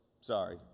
sorry